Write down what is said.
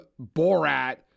Borat